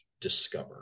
discover